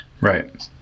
Right